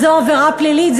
אז זו עבירה פלילית?